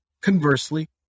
Conversely